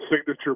signature